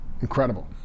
Incredible